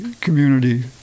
community